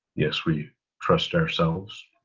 yes, we trust ourselves,